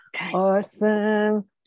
awesome